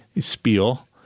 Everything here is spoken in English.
spiel